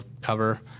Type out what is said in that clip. cover